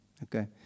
Okay